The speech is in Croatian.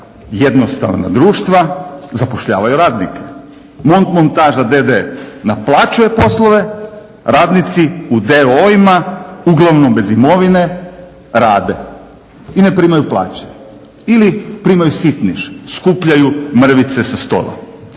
jednostavna društva zapošljavaju radnike. Montmontaža d.d. naplaćuje poslove, radnici u d.o.o.-ima uglavnom bez imovine rade i ne primaju plaće ili primaju sitniš, skupljaju mrvice sa stola.